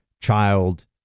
child